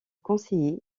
conseiller